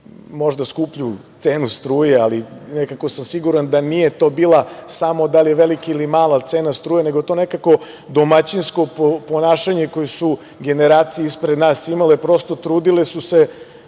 možda skuplju cenu struje, ali nekako sam siguran da nije to bila samo da li je velika ili mala cena struje, nego to nekako domaćinsko ponašanje koje su generacije ispred nas imale. Prosto, trudile su se